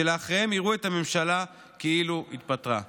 ואחריהם יראו את הממשלה כאילו התפטרה.